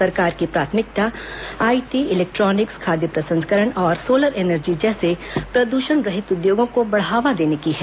सरकार की प्राथमिकता आईटी इलेक्ट्रिॉनिक्स खाद्य प्रसंस्करण और सोलर एनर्जी जैसे प्रदूषण रहित उद्योगों को बढ़ावा देने की है